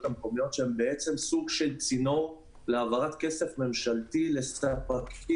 המקומיות שהם בעצם סוג של צינור להעברת כסף ממשלתי לספקים,